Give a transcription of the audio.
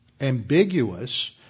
ambiguous